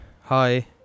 hi